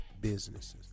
businesses